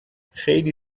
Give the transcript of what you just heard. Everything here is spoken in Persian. خیلی